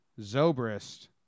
Zobrist